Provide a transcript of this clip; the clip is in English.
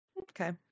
Okay